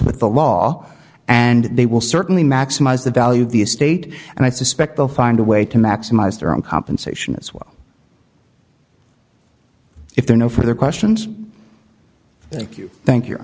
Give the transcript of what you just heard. with the law and they will certainly maximize the value of the estate and i suspect they'll find a way to maximize their own compensation as well if there are no further questions thank you thank you